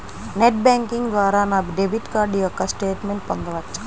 Net banking ద్వారా నా debit card యొక్క స్టేట్మెంట్ పొందవచ్చా?